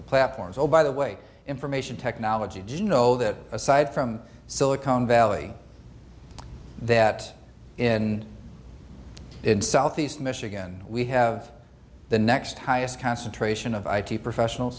the platforms oh by the way information technology do you know that aside from silicon valley that in in southeast michigan we have the next highest concentration of i t professional